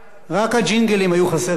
רק הג'ינגלים היו חסרים,